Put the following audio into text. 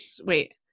Wait